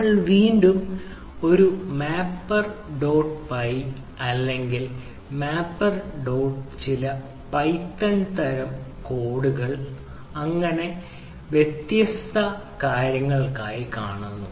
നമ്മൾ വീണ്ടും ഒരു മാപ്പർ ഡോട്ട് പൈ അല്ലെങ്കിൽ മാപ്പർ ഡോട്ട് ചില പൈത്തൺ തരം കോഡായി കാണുന്നു